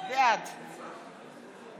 בעד